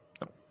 No